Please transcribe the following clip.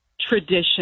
tradition